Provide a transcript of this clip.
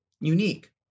unique